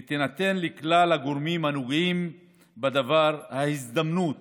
ותינתן לכלל הגורמים הנוגעים בדבר ההזדמנות